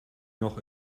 noch